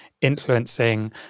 influencing